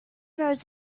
rows